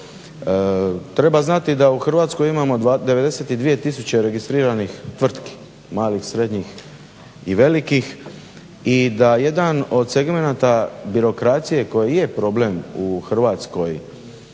Treba znati da u Hrvatskoj imamo 92 tisuće registriranih tvrtki, malih, srednjih i velikih. I da jedan od segmenata birokracije koja je problem u Hrvatskoj